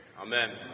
Amen